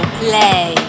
play